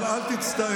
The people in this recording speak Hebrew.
אבל אל תצטער,